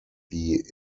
wie